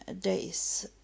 days